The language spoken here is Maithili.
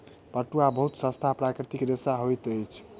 पटुआ बहुत सस्ता प्राकृतिक रेशा होइत अछि